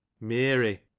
mary